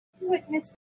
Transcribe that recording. Witness